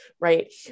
right